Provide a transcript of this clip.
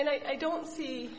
and i don't see